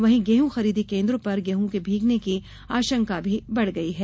वहीं गेहूं खरीदी केन्द्रों पर गेहूं के भीगने की आशंका भी बढ़ गई है